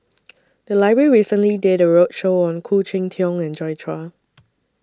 The Library recently did A roadshow on Khoo Cheng Tiong and Joi Chua